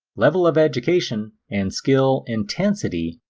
level of education and skill intensity,